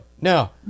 Now